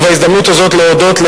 ובהזדמנות הזאת להודות,